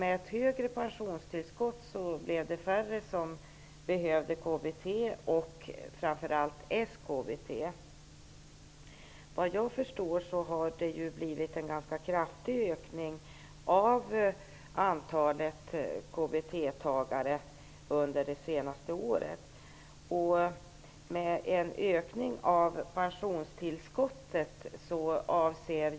Med ett högre pensionstillskott skulle det bli färre som behöver KBT och framför allt SKBT. Vad jag förstår har det blivit en ganska kraftig ökning av antalet mottagare av KBT under det senaste året.